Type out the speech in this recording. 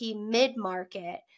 mid-market